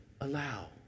allow